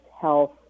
health